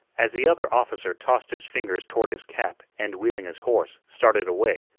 as the other officer tossed his fingers toward his cap and wheeling his horse started away,